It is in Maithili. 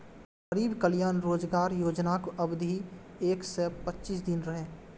गरीब कल्याण रोजगार योजनाक अवधि एक सय पच्चीस दिन रहै